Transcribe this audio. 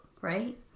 right